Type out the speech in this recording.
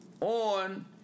on